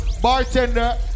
bartender